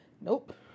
Nope